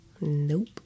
Nope